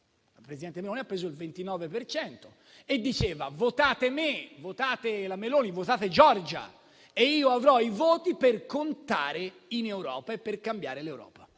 La presidente Meloni ha preso il 29 per cento e diceva: votate me, votate la Meloni, votate Giorgia e io avrò i voti per contare in Europa e per cambiare l'Europa.